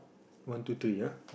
one two three ah